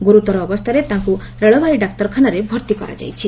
ଗୁରୁତର ଅବସ୍ଷାରେ ତାକୁ ରେଳବାଇ ଡାକ୍ତରଖାନାରେ ଭର୍ତ୍ତି କରାଯାଇଛି